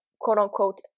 quote-unquote